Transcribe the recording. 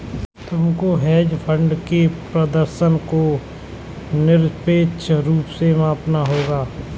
तुमको hedge fund के प्रदर्शन को निरपेक्ष रूप से मापना होगा